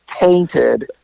tainted